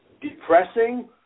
depressing